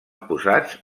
posats